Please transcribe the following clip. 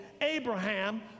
Abraham